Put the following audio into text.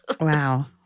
Wow